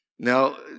Now